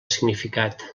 significat